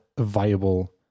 viable